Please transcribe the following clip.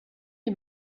les